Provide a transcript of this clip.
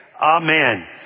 Amen